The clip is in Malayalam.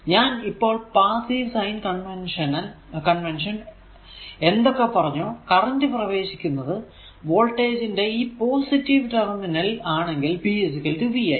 ഞാൻ ഇപ്പോൾ പാസ്സീവ് സൈൻ കൺവെൻഷൻ എന്തൊക്കെ പറഞ്ഞോ കറന്റ് പ്രവേശിക്കുന്നത് വോൾടേജ് ന്റെ ഈ പോസിറ്റീവ് ടെർമിനൽ ൽ ആണെങ്കിൽ p vi